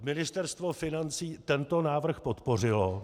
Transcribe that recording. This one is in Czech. Ministerstvo financí tento návrh podpořilo.